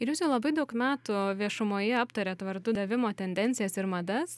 ir jūs jau labai daug metų viešumoje aptariat vardų davimo tendencijas ir madas